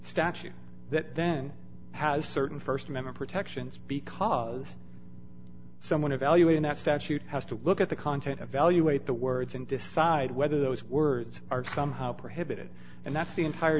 statute that then has certain st amendment protections because someone evaluating that statute has to look at the content evaluate the words and decide whether those words are somehow prohibited and that's the entire